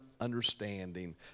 understanding